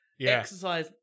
exercise